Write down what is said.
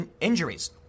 injuries